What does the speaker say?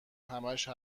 همش